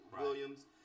Williams